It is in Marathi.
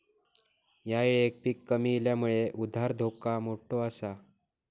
ह्या येळेक पीक कमी इल्यामुळे उधार धोका मोठो आसा